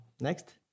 Next